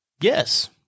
Yes